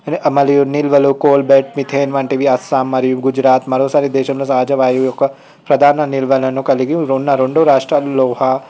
మరియు నిల్వలో coal bed methane వంటివి అస్సాం మరియు గుజరాత్ మరోసారి దేశంలో సహజ వాయువు యొక్క ప్రధాన నిలువను కలిగి ఉన్న రెండు రాష్ట్రాల లోహ